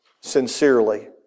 sincerely